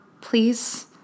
Please